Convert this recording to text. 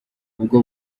ubwo